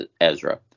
Ezra